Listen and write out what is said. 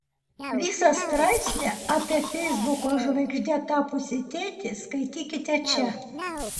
visą straipsnį apie feisbuko žvaigžde tapusį tėtį skaitykite čia